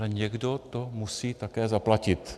Ale někdo to musí také zaplatit.